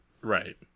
Right